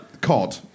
cod